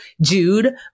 Jude